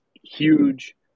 huge